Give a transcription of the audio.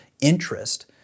interest